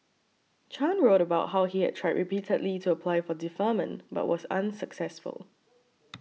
Chan wrote about how he had tried repeatedly to apply for deferment but was unsuccessful